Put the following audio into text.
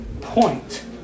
point